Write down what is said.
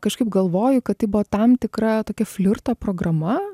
kažkaip galvoju kad tai buvo tam tikra tokia flirto programa